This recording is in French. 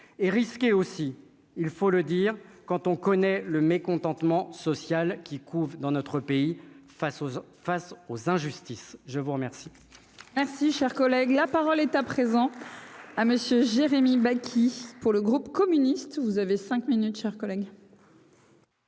et risqué aussi, il faut le dire, quand on connaît le mécontentement social qui couve dans notre pays face aux face aux injustices, je vous remercie. Merci, cher collègue, la parole est à présent à monsieur Jérémy Bacchi pour le groupe communiste, vous avez 5 minutes chers collègues.